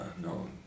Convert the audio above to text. No